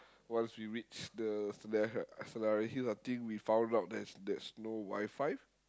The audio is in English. once we reach the sele~ h~ hill we found out there is there's no WiFi